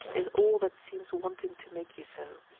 is all that seems wanting to make you so.